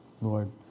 Lord